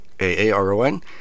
A-A-R-O-N